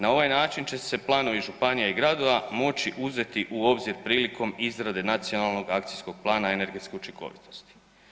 Na ovaj način će se planovi županija i gradova moći uzeti u obzir prilikom izrade nacionalnog akcijskog plana energetske učinkovitosti.